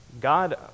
God